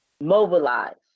mobilize